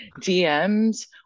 dms